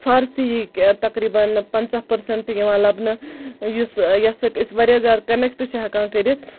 فارٮسِیِک تَقریٖبَن پَنژاہ پٔرسَنٹ تہِ یِوان لَبنہٕ یُس یَتھ سۭتۍ أسۍ کَنٮ۪کٹ چھِ ہٮ۪کان کٔرِتھ